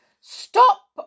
stop